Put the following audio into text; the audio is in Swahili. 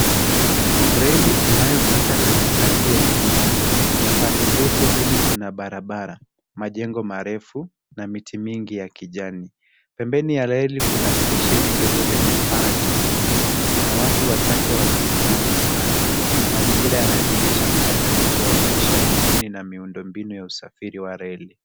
Reli inayopita katikati ya jiji na pande zote mbili kuna barabara, majengo marefu na miti mingi ya kijani. Pembeni ya reli kuna stesheni ndogo zenye paa jekundu na watu wachache wanasimama kando. Mazingira yanathihirisha mchanganyiko wa maisha ya mjini na miundombinu ya usafiri wa reli.